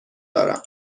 دارم